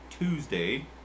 Tuesday